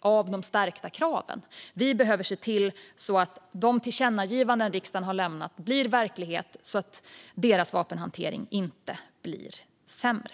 av de stärkta kraven. Vi behöver se till att de tillkännagivanden som riksdagen har lämnat till regeringen blir verklighet, så att jägarnas och sportskyttarnas vapenhantering inte ska bli sämre.